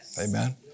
Amen